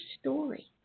story